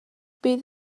bydd